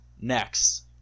Next